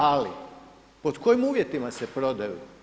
Ali pod kojim uvjetima se prodaju?